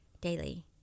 daily